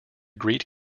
greet